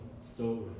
story